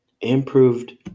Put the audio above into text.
Improved